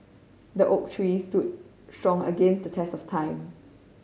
the oak tree stood strong against the test of time